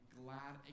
glad